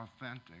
authentic